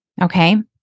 Okay